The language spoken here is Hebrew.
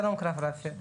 שלום, הרב רפי,